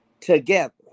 together